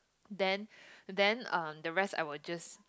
then then um the rest I will just